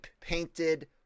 painted